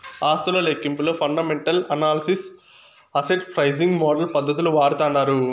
ఆస్తుల లెక్కింపులో fundamental analysis, asset pricing model పద్దతులు వాడతాండారు